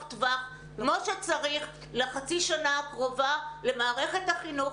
טווח כמו שצריך לחצי שנה הקרובה למערכת החינוך,